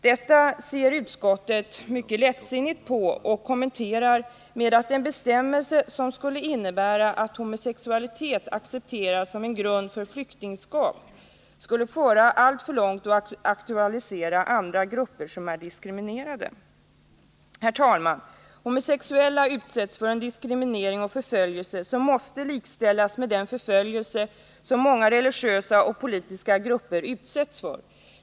Detta ser utskottet mycket lättsinnigt på och kommenterar det med att en bestämmelse som skulle innebära att homosexualitet accepteras som grund för flyktingskap ”skulle föra alltför långt och aktualisera andra grupper som är diskriminerade”. Herr talman! Homosexuella utsätts för en diskriminering och förföljelse som måste li grupper utsätts för.